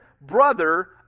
brother